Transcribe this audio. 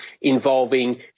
involving